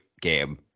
game